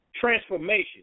Transformation